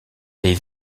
les